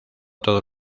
todos